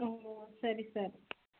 ಹ್ಞೂ ಸರಿ ಸರ್